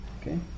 okay